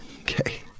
okay